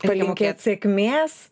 palinkėt sėkmės